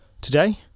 Today